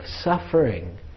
suffering